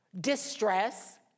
distress